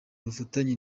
ubufatanye